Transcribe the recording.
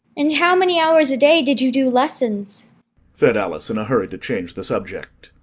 and how many hours a day did you do lessons said alice, in a hurry to change the subject.